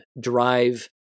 drive